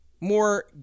More